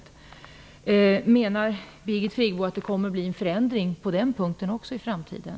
Menar Birgit Friggebo att det kommer att ske en förändring även på den punkten i framtiden?